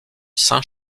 saint